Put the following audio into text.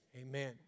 amen